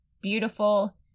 beautiful